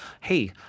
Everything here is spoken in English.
hey